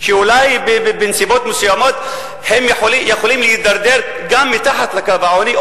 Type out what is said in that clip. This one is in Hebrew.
שאולי בנסיבות מסוימות הם יכולים להידרדר גם מתחת לקו העוני,